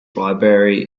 library